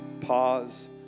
Pause